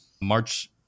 March